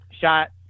shot